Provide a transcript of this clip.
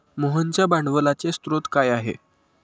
मोहनच्या भांडवलाचे स्रोत काय आहे?